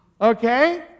Okay